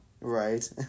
Right